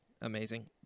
amazing